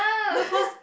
no cause